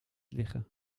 liggen